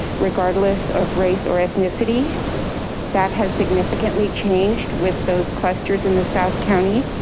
regardless of race or ethnicity that has significantly changed with those clusters in the south county,